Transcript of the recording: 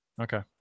Okay